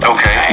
Okay